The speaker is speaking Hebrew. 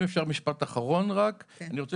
אני מבקש רק משפט אחרון: אני רוצה